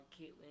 Caitlyn